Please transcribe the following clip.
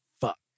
fuck